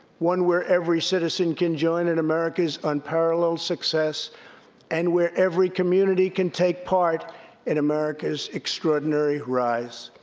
one where every citizen can join in america's unparalleled success and where every community can take part in america's extraordinary rise.